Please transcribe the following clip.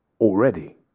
already